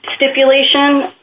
stipulation